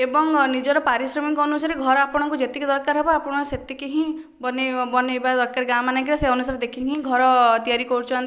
ଏବଂ ନିଜର ପାରିଶ୍ରମିକ ଅନୁସାରେ ଘର ଆପଣଙ୍କୁ ଯେତିକି ଦରକାର ହେବ ଆପଣ ସେତିକି ହିଁ ବନେଇବା ଦରକାର ଗାଁ ମାନଙ୍କରେ ସେ ଅନୁସାରେ ଦେଖିକି ହିଁ ଘର ତିଆରି କରୁଛନ୍ତି